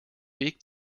weg